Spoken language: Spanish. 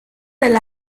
del